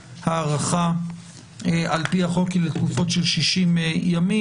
ההארכה על פי החוק היא לתקופה של 60 ימים.